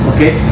Okay